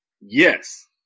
Yes